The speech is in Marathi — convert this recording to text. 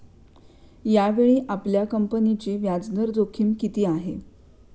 यावेळी आपल्या कंपनीची व्याजदर जोखीम किती आहे?